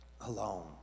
alone